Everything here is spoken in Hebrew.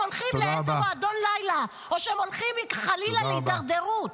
הולכים למועדון לילה או שהם הולכים חלילה להידרדרות?